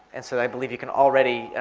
and so they believe you can already,